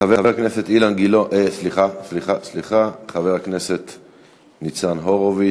חבר הכנסת ניצן הורוביץ,